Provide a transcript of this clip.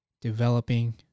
developing